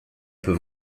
peut